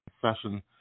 Session